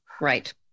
Right